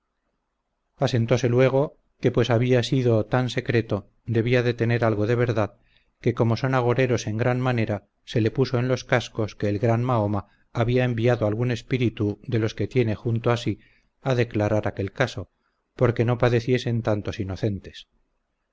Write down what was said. dinero asentose luego que pues había sido tan secreto debía de tener algo de verdad que como son agoreros en gran manera se le puso en los cascos que el gran mahoma había enviado algún espíritu de los que tiene junto a si a declarar aquel caso por que no padeciesen tantos inocentes